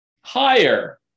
Higher